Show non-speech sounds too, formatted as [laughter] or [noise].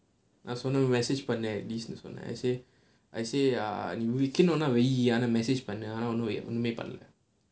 நான் சொன்னேன்:naan sonnaen message பண்ணு:pannu [laughs] I say I say ah [laughs] weekend ஆனா:aanaa [laughs] message பண்ணு ஆனா அவன் எதுமே பண்ணல:pannu aanaa avan edhumae pannala